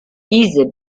diese